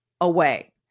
away